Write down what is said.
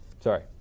Sorry